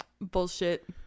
Bullshit